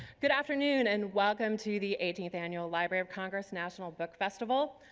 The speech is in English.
good afternoon and welcome to the eighteenth annual library of congress national book festival.